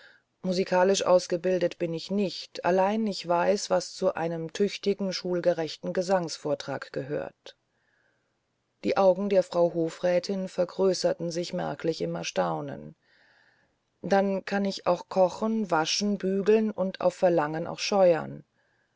musikalisch ausgebildet bin ich nicht allein ich weiß was zu einem tüchtigen schulgerechten gesangsvortrage gehört die augen der frau hofrätin vergrößerten sich merklich im erstaunen dann kann ich auch kochen waschen bügeln und auf verlangen auch scheuern